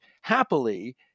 happily